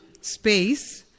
space